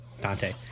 Dante